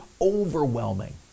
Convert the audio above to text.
overwhelming